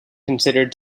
considered